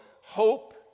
hope